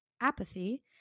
apathy